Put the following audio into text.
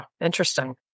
Interesting